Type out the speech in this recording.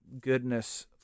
goodness